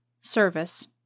service